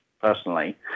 personally